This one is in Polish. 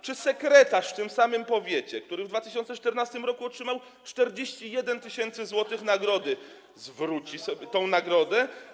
Czy sekretarz w tym samym powiecie, który w 2014 r. otrzymał 41 tys. zł nagrody, zwróci tę nagrodę?